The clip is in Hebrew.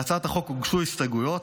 להצעת החוק הוגשו הסתייגויות.